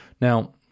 Now